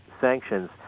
sanctions